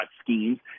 schemes